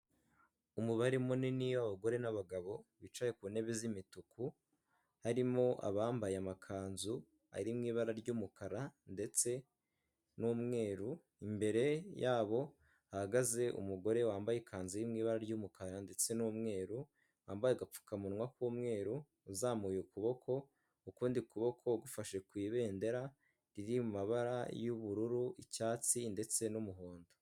Umubare munini w'abagore n'abagabo bicaye ku ntebe z'imituku harimo abambaye amakanzu ari mu ibara ry'umukara ndetse n'umweru imbere yabo hahagaze umugore wambaye ikanzu ye'i ibara ry'umukara ndetse n'umweru wambaye agapfukamunwa k'umweru uzamuye ukuboko ukundi kuboko gufashe ku ibendera riri mu mabara y'ubururu icyatsi ndetse n'umuhondo.